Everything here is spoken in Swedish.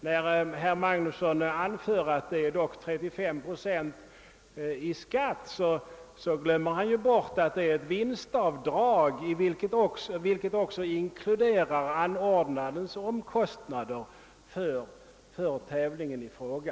När herr Magnusson i Borås anför att det ändå utgår 35 procent i skatt, glömmer han att detta är ett vinstavdrag som också inkluderar anordnarens omkostnader för tävlingen i fråga.